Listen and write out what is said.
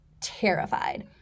terrified